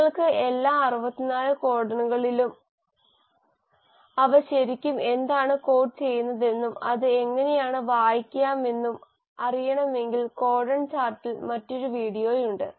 നിങ്ങൾക്ക് എല്ലാ 64 കോഡണുകളെക്കുറിച്ചും അവ ശരിക്കും എന്താണ് കോഡ് ചെയ്യുന്നതെന്നും അത് എങ്ങനെ വായിക്കാമെന്നും അറിയണമെങ്കിൽ കോഡൺ ചാർട്ടിൽ മറ്റൊരു വീഡിയോയുണ്ട്